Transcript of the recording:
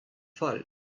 fall